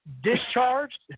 discharged